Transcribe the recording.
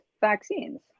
vaccines